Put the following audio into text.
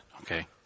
Okay